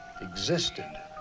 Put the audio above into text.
existed